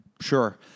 Sure